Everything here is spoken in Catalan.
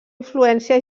influència